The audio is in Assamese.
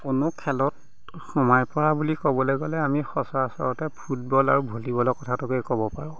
কোনো খেলত সোমাই পৰা বুলি ক'বলৈ গ'লে আমি সচৰাচৰতে ফুটবল আৰু ভলীবলৰ কথাটোকে ক'ব পাৰো